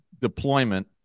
deployment